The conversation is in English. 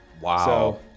Wow